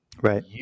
Right